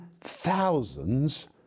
thousands